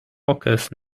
okres